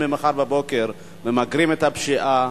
ממחר בבוקר ממגרים את הפשיעה,